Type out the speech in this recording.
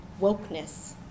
wokeness